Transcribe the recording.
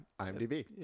IMDb